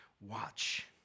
watch